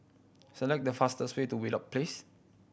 select the fastest way to Wheelock Place